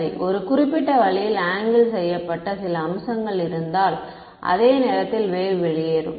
சரி ஒரு குறிப்பிட்ட வழியில் ஆங்கிள் செய்யப்பட்ட சில அம்சங்கள் இருந்தால் அதே நேரத்தில் வேவ் வெளியேறும்